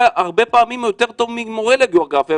הרבה פעמים יותר טוב ממורה לגיאוגרפיה,